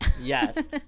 yes